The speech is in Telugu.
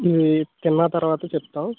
ఇవి తిన్న తర్వాత చెప్తాం